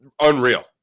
Unreal